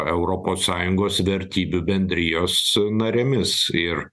europos sąjungos vertybių bendrijos narėmis ir